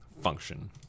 function